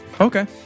Okay